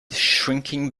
shrinking